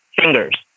fingers